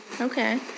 Okay